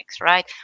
right